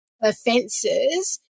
offences